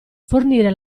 fornire